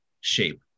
shape